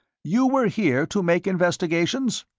you were here to make investigations?